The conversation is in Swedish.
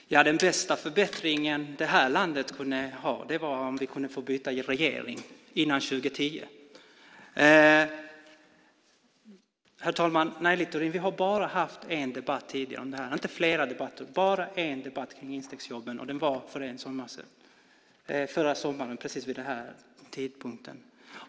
Herr talman! Den bästa förbättringen det här landet kunde få skulle vara om vi kunde få byta regering före 2010. Nej, Littorin, vi har bara haft en debatt tidigare om instegsjobben, inte flera debatter. Det var bara en debatt och den var förra sommaren precis vid den här tidpunkten.